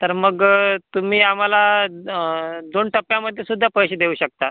तर मग तुम्ही आम्हाला दोन टप्प्यामध्ये सुद्धा पैसे देऊ शकता